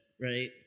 right